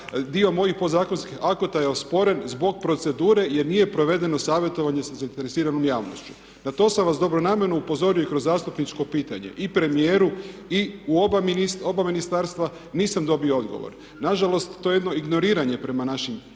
dio mojih podzakonskih akata je osporen zbog procedure jer nije provedeno savjetovanje sa zainteresiranom javnošću. Na to sam vas dobronamjerno upozorio i kroz zastupničko pitanje i premijeru i u oba ministarstva nisam dobio odgovor. Na žalost to je jedno ignoriranje prema našim zastupničkim